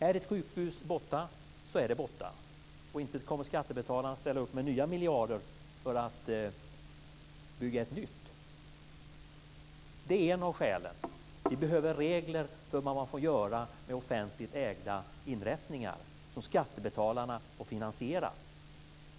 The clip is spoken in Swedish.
Är ett sjukhus borta så är det borta, och inte kommer skattebetalarna att ställa upp med nya miljarder för att bygga ett nytt. Det är ett av skälen. Vi behöver regler för vad man får göra med offentligt ägda inrättningar som skattebetalarna har finansierat.